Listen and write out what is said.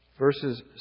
Verses